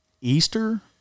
Easter